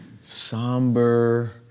somber